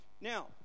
Now